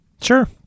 Sure